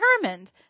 determined